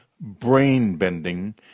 brain-bending